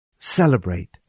celebrate